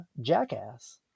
Jackass